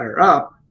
up